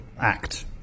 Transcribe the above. act